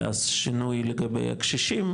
היה אז שינוי לגבי הקשישים,